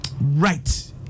right